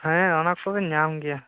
ᱦᱮᱸ ᱚᱱᱟ ᱠᱚᱵᱤᱱ ᱧᱟᱢ ᱜᱮᱭᱟ